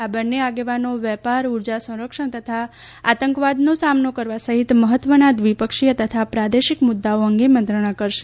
આ બન્ને આગેવાનો વેપાર ઉર્જા સંરક્ષણ તથા આતંકવાદનો સામનો કરવા સહિત મહત્વના દ્વિપક્ષીય તથા પ્રાદેશિક મુદ્દાઓ અંગે મંત્રણા કરશે